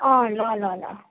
अँ ल ल ल